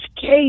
case